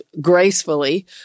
gracefully